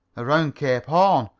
around cape horn.